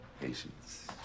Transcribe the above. Patience